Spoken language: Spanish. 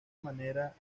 manera